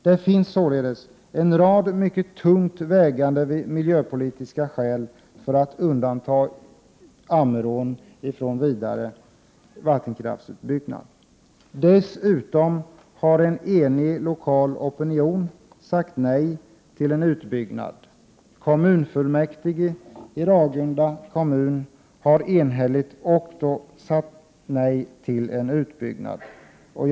Det finns således en rad mycket tungt vägande miljöpolitiska skäl för att undanta Ammerån från vidare vattenkraftsutbyggnad. Därutöver har en enig lokal opinion sagt nej till en utbyggnad, liksom också kommunfullmäktige i Ragunda enhälligt har gjort.